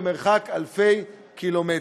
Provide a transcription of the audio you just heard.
במרחק אלפי קילומטרים.